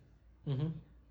mm hmm